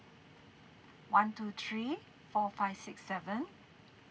one two three four five six seven